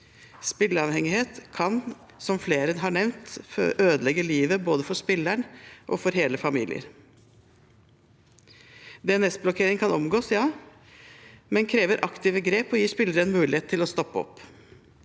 Spilleavhengighet kan, som flere har nevnt, ødelegge livet både for spilleren og for hele familier. DNS-blokkering kan omgås, ja, men krever aktive grep og gir spilleren en mulighet til å stoppe opp.